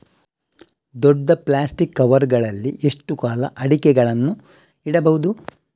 ದೊಡ್ಡ plastic cover ಗಳಲ್ಲಿ ಎಷ್ಟು ಕಾಲ ಅಡಿಕೆಗಳನ್ನು ಇಡಬಹುದು?